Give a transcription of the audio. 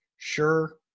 sure